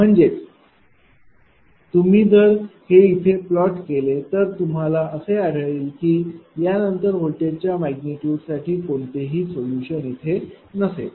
म्हणजेच तुम्ही जर हे इथे प्लॉट केले तर तुम्हाला असे आढळेल की या नंतर व्होल्टेजच्या मैग्निटूडसाठी कोणतेही सोल्युशन नसेल